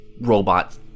robot